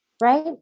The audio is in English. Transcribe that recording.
right